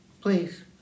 please